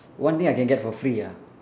one thing I can get for free ah